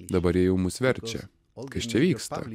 dabar jie jau mus verčia kas čia vyksta